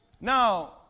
Now